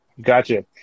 Gotcha